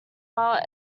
while